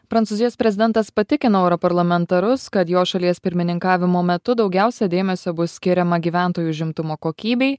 prancūzijos prezidentas patikino europarlamentarus kad jo šalies pirmininkavimo metu daugiausia dėmesio bus skiriama gyventojų užimtumo kokybei